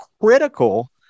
critical